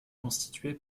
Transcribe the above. constituée